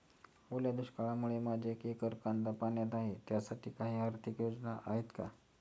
ओल्या दुष्काळामुळे माझे एक एकर कांदा पाण्यात आहे त्यासाठी काही आर्थिक योजना आहेत का?